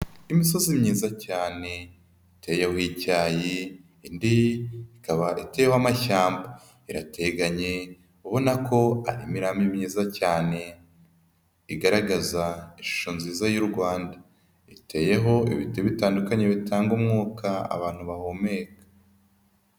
Imisozi myiza cyane, iteyeweho icyayi, indi ikaba iteriyeho amashyamba, irateganye ubona ko ari imirambi myiza cyane, igaragaza ishusho nziza y'u Rwanda, iteyeho ibiti bitandukanye bitanga umwuka abantu bahumeka.